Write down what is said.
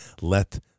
Let